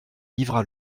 livra